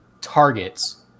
targets